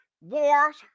wars